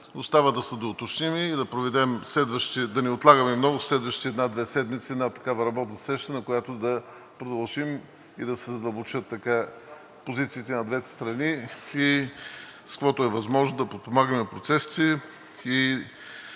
Остава да се доуточним и да не отлагаме много – в следващите една-две седмици, една такава работна среща, на която да продължим, и да се задълбочат позициите на двете страни. С каквото е възможно да подпомагаме процесите